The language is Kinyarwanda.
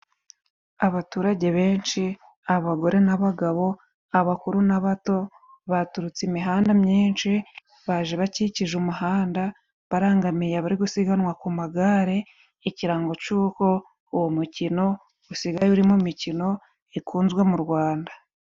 Abaturage benshi，abagore n'abagabo， abakuru n'abato， baturutse imihanda myinshi，baje bakikije umuhanda， barangamiye abari gusiganwa ku magare，ikirango cy'uko uwo mukino usigaye uri mu mikino ikunzwe mu Rwanda.